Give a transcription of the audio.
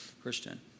Christian